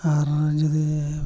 ᱟᱨ ᱡᱩᱫᱤ